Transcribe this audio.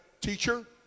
Teacher